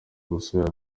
gusubira